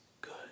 good